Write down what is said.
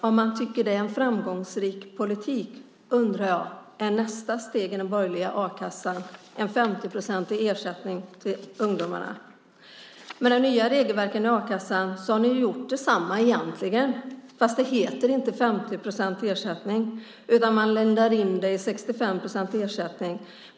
Om man tycker att det är en framgångsrik politik undrar jag: Är nästa steg i den borgerliga a-kassan en 50-procentig ersättning till ungdomarna? Med de nya regelverken i a-kassan har ni egentligen gjort detsamma, fast det heter inte 50 procents ersättning. Man lindar in det i 65 procents ersättning.